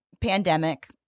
Pandemic